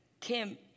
Kim